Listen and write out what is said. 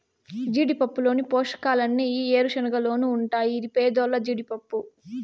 జీడిపప్పులోని పోషకాలన్నీ ఈ ఏరుశనగలోనూ ఉంటాయి ఇది పేదోల్ల జీడిపప్పు